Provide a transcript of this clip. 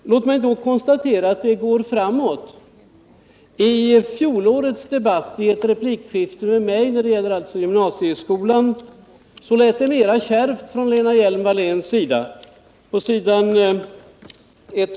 Jag vill då konstatera att det går framåt. I fjolårets debatt i ett replikskifte med mig som gällde gymnasieskolan lät det mera kärvt från Lena Hjelm-Walléns sida.